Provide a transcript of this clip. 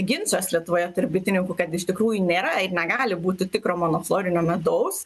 ginčas lietuvoje tarp bitininkų kad iš tikrųjų nėra ir negali būti tikro monoflorinio medaus